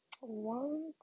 one